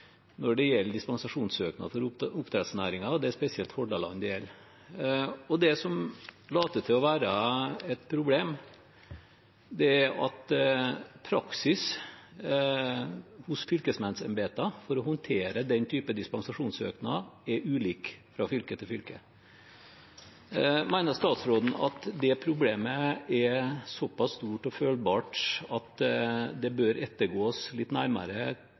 når det gjelder dispensasjonssøknad for oppdrettsnæringen, og det er spesielt Hordaland det gjelder. Det som later til å være et problem, er at praksis hos fylkesmannsembetene for å håndtere den type dispensasjonssøknader er ulik fra fylke til fylke. Mener statsråden at det problemet er såpass stort og følbart at det bør ettergås litt nærmere